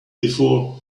before